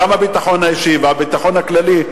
גם הביטחון האישי וגם הביטחון הכללי,